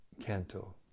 Canto